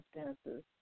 circumstances